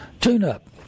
tune-up